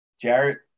Jarrett